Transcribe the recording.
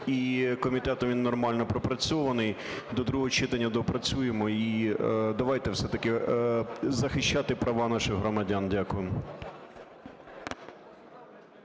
І комітетом він нормально пропрацьований, до другого читання допрацюємо. І давайте все-таки захищати права наших громадян. Дякую.